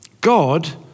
God